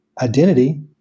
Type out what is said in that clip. identity